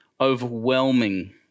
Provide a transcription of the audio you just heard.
overwhelming